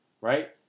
Right